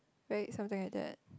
right something like that